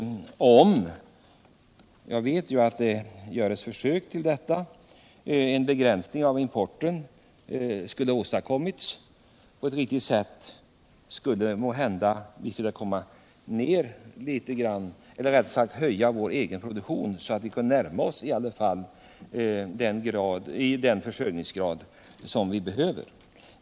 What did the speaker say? Om en begränsning av importen i det här fallet kunde ha åstadkommits — jag vet att det görs försök till detta — skulle vi måhända ha kunnat höja vår egen produktion åtminstone så mycket att vi närmat oss den försörjningsgrad som vi behöver.